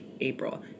April